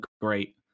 great